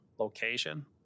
location